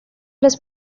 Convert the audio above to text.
las